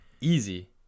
Easy